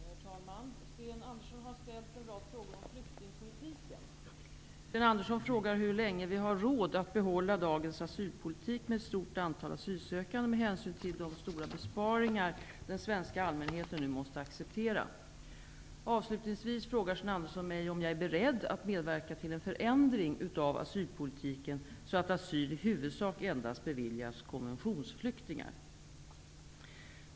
Herr talman! Sten Andersson i Malmö har ställt en rad frågor om flyktingpolitiken. Sten Andersson frågar hur länge vi har råd att behålla dagens asylpolitik med ett stort antal asylsökande, med hänsyn till de stora besparingar den svenska allmänheten nu måste acceptera. Avslutningsvis frågar Sten Andersson mig om jag är beredd att medverka till en förändring av asylpolitiken så att asyl i huvudsak endast beviljas konventionsflyktingar.